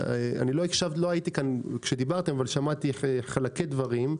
לא הייתי כשדיברת, אבל שמעתי חלקי דברים.